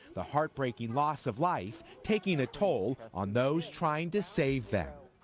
the heartbreaking loss of life taking a toll on those trying to save them.